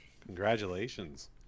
Congratulations